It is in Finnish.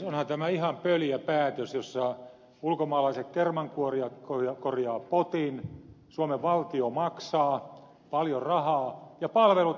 onhan tämä ihan pöljä päätös jossa ulkomaalaiset kermankuorijat korjaavat potin suomen valtio maksaa paljon rahaa ja palvelut kuitenkin huononevat